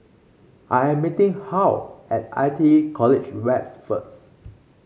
I am meeting Hal at I T E College West first